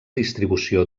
distribució